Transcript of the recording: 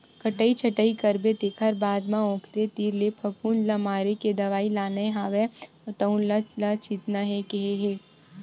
कटई छटई करबे तेखर बाद म ओखरे तीर ले फफुंद ल मारे के दवई लाने हव तउने ल छितना हे केहे हे